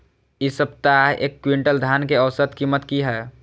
इ सप्ताह एक क्विंटल धान के औसत कीमत की हय?